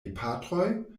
gepatroj